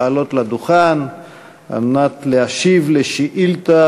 לעלות לדוכן על מנת להשיב על שאילתה